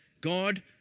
God